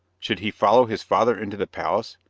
should he follow his father into the palace,